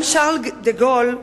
גם שארל דה-גול,